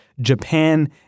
Japan